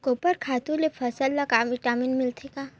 गोबर खातु ले फसल ल का विटामिन मिलथे का?